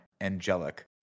angelic